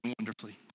wonderfully